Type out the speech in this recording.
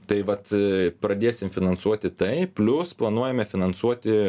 tai vat pradėsim finansuoti tai plius planuojame finansuoti